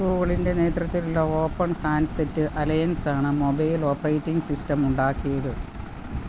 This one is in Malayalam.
ഗൂഗിളിന്റെ നേതൃത്വത്തിലുള്ള ഓപ്പൺ ഹാൻഡ്സെറ്റ് അലയൻസ് ആണ് മൊബൈൽ ഓപ്പറേറ്റിംഗ് സിസ്റ്റം ഉണ്ടാക്കിയത്